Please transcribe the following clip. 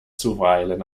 zuweilen